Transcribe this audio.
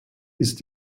ist